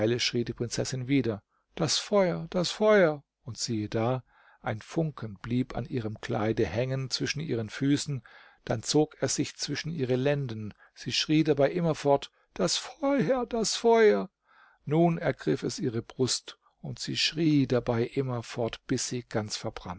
die prinzessin wieder das feuer das feuer und siehe da ein funken blieb an ihrem kleide hängen zwischen ihren füßen dann zog er sich zwischen ihre lenden sie schrie dabei immerfort das feuer das feuer nun ergriff es ihre brust und sie schrie dabei immerfort bis sie